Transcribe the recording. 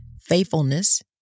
faithfulness